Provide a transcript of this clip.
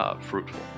fruitful